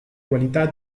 qualità